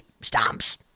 Stumps